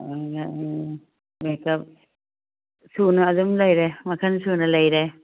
makeup ꯁꯨꯅ ꯑꯗꯨꯝ ꯂꯩꯔꯦ ꯃꯈꯜ ꯁꯨꯅ ꯂꯩꯔꯦ